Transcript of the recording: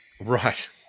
Right